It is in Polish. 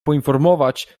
poinformować